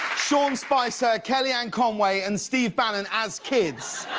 sean spicer, kellyanne conway and steve bannon as kids,